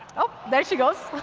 oh, there she goes!